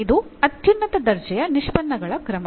ಅದು ಅತ್ಯುನ್ನತ ದರ್ಜೆಯ ನಿಷ್ಪನ್ನಗಳ ಕ್ರಮ